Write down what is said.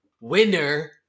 winner